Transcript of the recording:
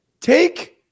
Take